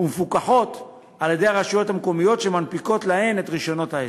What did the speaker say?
ומפוקחות על-ידי הרשויות המקומיות שמנפיקות להן את רישיונות העסק.